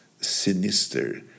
sinister